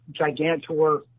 Gigantor